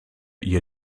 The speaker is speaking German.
ihr